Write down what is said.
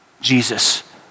Jesus